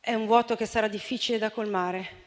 è un vuoto che sarà difficile da colmare,